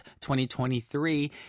2023